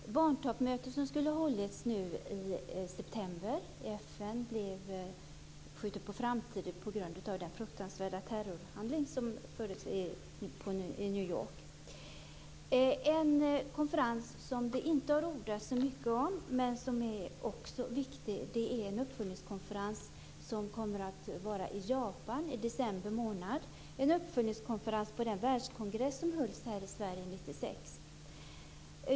Herr talman! Jag vill ställa en fråga till statsrådet FN blev skjutet på framtiden på grund av den fruktansvärda terrorhandling som skedde i New York. En konferens som det inte har ordats så mycket om, men som också är viktig är den uppföljningskonferens som kommer att äga rum i Japan i december. Det är en uppföljning av den världskongress som hölls i Sverige 1996.